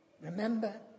Remember